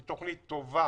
היא תוכנית טובה